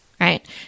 Right